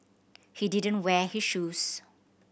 he didn't wear his shoes